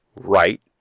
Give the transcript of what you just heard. right